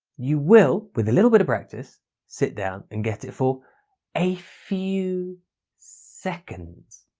you will with a little bit of practice sit down and get it for a few seconds.